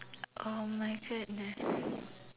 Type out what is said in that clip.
oh my goodness